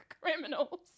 criminals